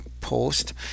Post